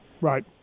Right